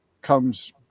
comes